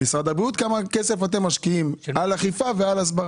את משרד הבריאות אני שואל כמה כסף אתם משקיעים באכיפה ובהסברה.